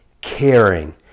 caring